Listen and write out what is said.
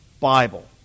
Bible